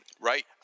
Right